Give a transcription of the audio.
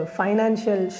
financial